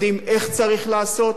יודעים איך צריך לעשות.